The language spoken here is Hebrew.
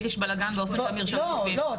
לא.